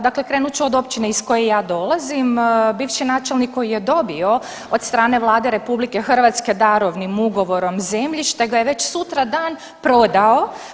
Dakle, krenut ću od općine iz koje ja dolazim, bivši načelnik koji je dobio od strane Vlade RH darovnim ugovorom zemljište ga je već sutradan prodao.